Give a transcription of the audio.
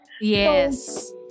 yes